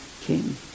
king